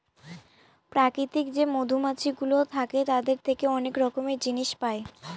প্রাকৃতিক যে মধুমাছিগুলো থাকে তাদের থেকে অনেক রকমের জিনিস পায়